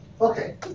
Okay